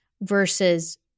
versus